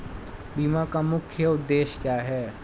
बीमा का मुख्य उद्देश्य क्या है?